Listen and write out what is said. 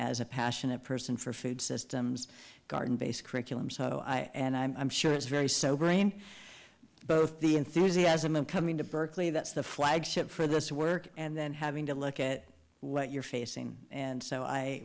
as a passionate person for food systems garden based curriculum so i and i'm sure it's very sobering both the enthusiasm of coming to berkeley that's the flagship for this work and then having to look at what you're facing and so i